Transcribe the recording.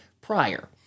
prior